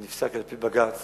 נפסק על-פי בג"ץ